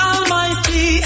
Almighty